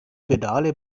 pedale